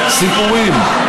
סיפורים.